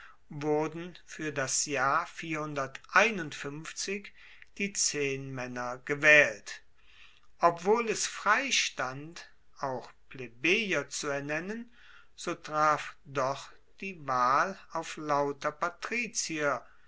wurden fuer das jahr die zehnmaenner gewaehlt obwohl es freistand auch plebejer zu ernennen so traf doch die wahl auf lauter patrizier